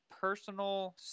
personal